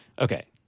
okay